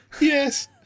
Yes